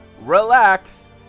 relax